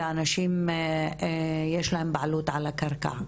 ולאנשים האלה יש בעלות על הקרקע,